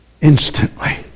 instantly